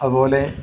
അതുപോലെ